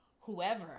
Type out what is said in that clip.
whoever